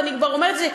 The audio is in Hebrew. אז אני אומרת את זה,